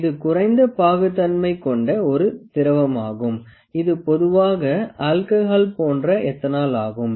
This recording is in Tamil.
இது குறைந்த பாகுத்தன்மை கொண்ட ஒரு திரவமாகும் இது பொதுவாக ஆல்கஹால் போன்ற எத்தனால் ஆகும்